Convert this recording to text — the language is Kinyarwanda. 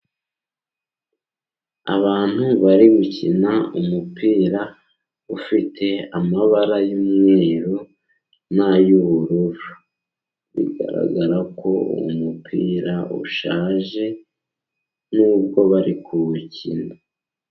Abantu bari gukina umupira ufite amabara y'umweru n'ay'ubururu, bigaragara ko umupira ushaje nubwo bari kuwukina.